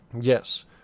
Yes